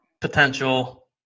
potential